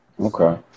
Okay